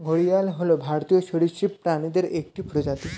ঘড়িয়াল হল ভারতীয় সরীসৃপ প্রাণীদের একটি প্রজাতি